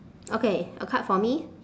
okay a card for me